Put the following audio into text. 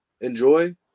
Enjoy